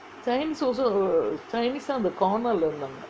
chinese also chinese lah அந்த:antha corner லே இருந்தாங்ககே:lae irunthaangae